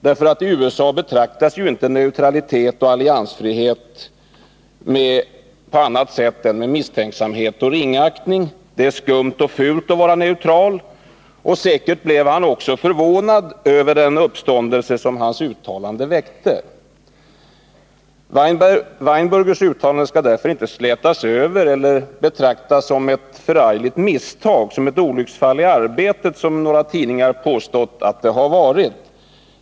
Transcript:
I USA betraktas ju inte neutralitet och alliansfri 1 het på annat sätt än med misstänksamhet och ringaktning. Det är skumt och fult att vara neutral. Säkert blev han också förvånad över den uppståndelse som hans uttalande väckte. Weinbergers uttalande skall för den skull inte slätas över eller betraktas som ett förargligt misstag — ett olycksfall i arbetet — som några tidningar påstått att det var.